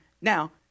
now